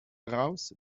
raus